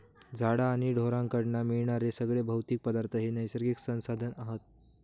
झाडा आणि ढोरांकडना मिळणारे सगळे भौतिक पदार्थ हे नैसर्गिक संसाधन हत